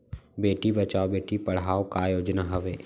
बेटी बचाओ बेटी पढ़ाओ का योजना हवे?